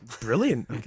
brilliant